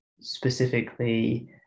specifically